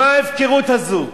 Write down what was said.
מה ההפקרות הזאת?